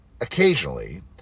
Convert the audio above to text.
occasionally